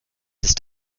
ist